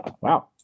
Wow